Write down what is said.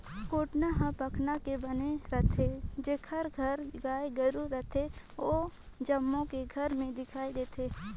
कोटना हर पखना के बने रथे, जेखर घर गाय गोरु रथे ओ जम्मो के घर में दिखइ देथे